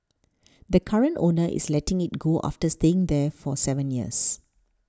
the current owner is letting it go after staying there for seven years